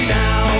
now